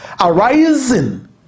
arising